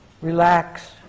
relax